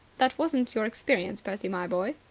that wasn't your experience, percy, my boy,